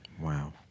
Wow